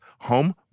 home